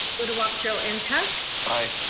uduak-joe and ntuk? aye.